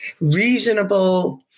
reasonable